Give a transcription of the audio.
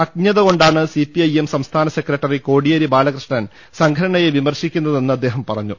അജ്ഞതകൊണ്ടാണ് C P I M സംസ്ഥാന secretary Kodiyeri Balakrishnan സംഘടനയെ വിമർശിക്കുന്നതെന്ന് അദ്ദേഹം പറഞ്ഞു